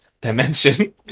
dimension